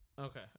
Okay